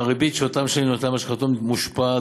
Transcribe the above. הריבית שמשלמים נוטלי המשכנתאות מושפעת